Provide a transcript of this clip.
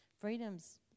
Freedom's